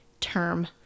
term